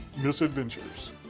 misadventures